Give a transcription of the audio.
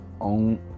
own